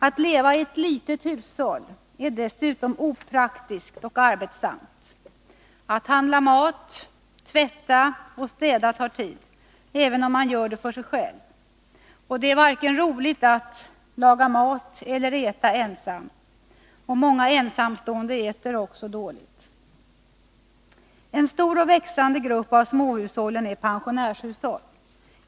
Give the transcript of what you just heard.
Att leva i ett litet hushåll är dessutom opraktiskt och arbetsamt. Att handla mat, tvätta och städa tar tid, även om man gör det för sig själv. Det är inte roligt att laga mat eller äta ensam, och många ensamstående äter också dåligt. En stor och växande grupp av småhushållen är pensionärshushåll.